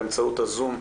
באמצעות הזום,